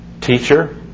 Teacher